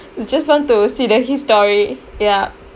you just want to see the history yup